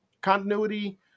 continuity